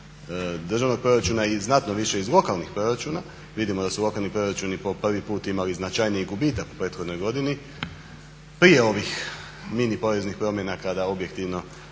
državnog proračuna i znatno više iz lokalnih proračuna, vidimo da su lokalni proračuni po prvi put imali značajniji gubitak u prethodnoj godini prije ovih mini poreznih promjena kada objektivno